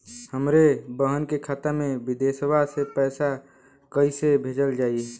हमरे बहन के खाता मे विदेशवा मे पैसा कई से भेजल जाई?